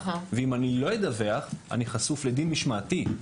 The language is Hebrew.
ואם אני לא אדווח אני חשוף לדיון משמעתי.